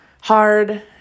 hard